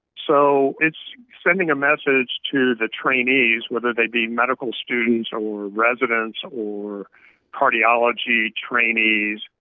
so it's sending a message to the trainees, whether they be medical students or residents or cardiology trainees,